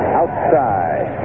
outside